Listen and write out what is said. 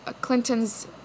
Clinton's